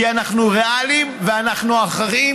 כי אנחנו ריאליים ואנחנו אחראיים.